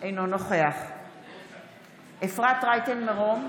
אינו נוכח אפרת רייטן מרום,